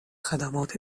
خدمات